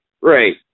Right